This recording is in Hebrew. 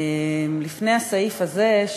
לפני הסעיף הזה,